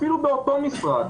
אפילו באותו משרד,